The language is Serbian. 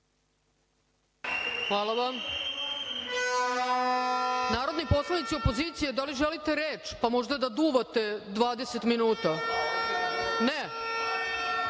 Hvala vam. Narodni poslanici opozicije, da li želite reč pa možda da duvate dvadeset minuta? Ne?